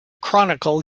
chronicle